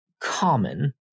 common